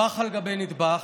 נדבך על גבי נדבך.